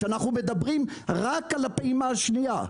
כשאנחנו מדברים רק על הפעימה השנייה,